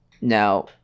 now